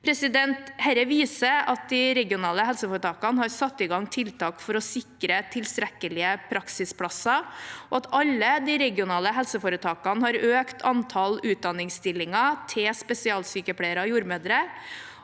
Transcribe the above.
Dette viser at de regionale helseforetakene har satt i gang tiltak for å sikre tilstrekkelige praksisplasser, og at alle de regionale helseforetakene har økt antall utdanningsstillinger for spesialsykepleiere og jordmødre.